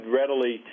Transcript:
readily